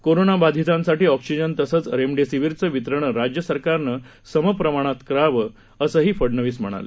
कोरोनाबधितांसाठी oxygen तसंच रेमडीसीवरचं वितरण राज्य सरकारनं सम प्रमाणात करावं असंही फडनवीस म्हणाले